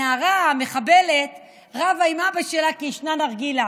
הנערה המחבלת רבה עם אבא שלה כי היא עישנה נרגילה.